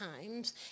times